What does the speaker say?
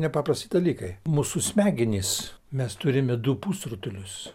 nepaprasti dalykai mūsų smegenys mes turime du pusrutulius